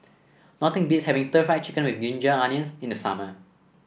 nothing beats having stir Fry Chicken with Ginger Onions in the summer